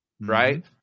Right